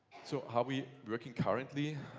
so how we working currently,